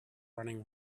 running